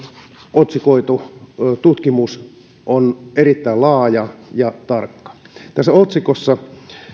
otsikoitu tutkimus on erittäin laaja ja tarkka tästä otsikosta